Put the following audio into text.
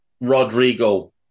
Rodrigo